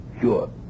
Sure